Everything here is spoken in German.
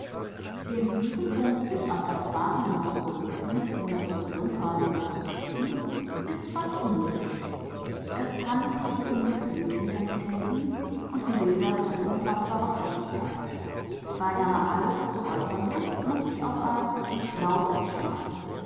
in diesem punkt sich auf erfahrungen zu berufen ohne zu flunkern oder zu dichten ist fast unmöglich es handelt sich um gefühlsintensitäten und um bilder von unfaßbarer flüchtigkeit beinahe alles zu äußernde muß sich auf ein ich glaube beschränken